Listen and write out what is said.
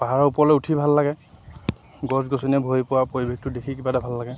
পাহাৰৰ ওপৰলৈ উঠি ভাল লাগে গছ গছনিয়ে ভৰি পৰা পৰিৱেশটো দেখি কিবা এটা ভাল লাগে